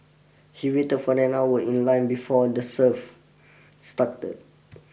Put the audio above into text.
he waited for an hour in line before the serve started